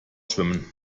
schwimmen